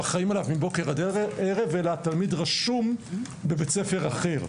אחראים עליהם מבוקר עד ערב אלא התלמיד רשום בבית ספר אחר.